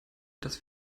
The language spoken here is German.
dass